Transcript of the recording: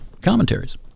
commentaries